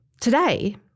Today